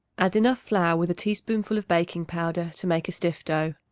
add enough flour with a teaspoonful of baking-powder to make a stiff dough.